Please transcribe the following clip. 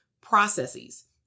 processes